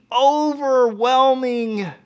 overwhelming